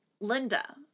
Linda